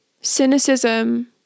cynicism